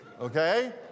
okay